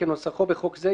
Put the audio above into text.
כנוסחו בחוק זה,